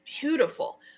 beautiful